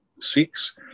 six